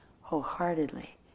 wholeheartedly